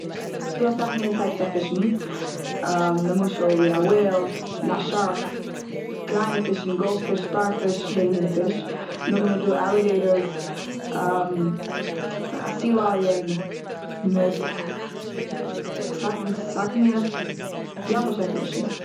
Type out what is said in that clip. ס'דא אסאך מינע טייפס אויף פישן. למשל ווי א וועיל, און א שארק, קליינע פיש, גאלד פיש, סטאר פיש, די מין פיש. נאך דעם איז דא עלעגעיטערס, א סי לייען, מיט אסאך אסאך ים באשעפענישן.